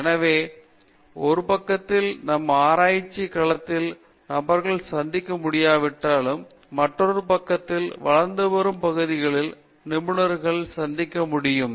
எனவே ஒரு பக்கத்தில் நம் ஆராய்ச்சி களத்தில் நபர்களை சந்திக்க முடியாவிட்டாலும் மற்றொரு பக்கம் வளர்ந்து வரும் பகுதிகளில் நிபுணர்களை சந்திக்க முடியும்